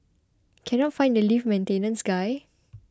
cannot find the lift maintenance guy